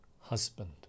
husband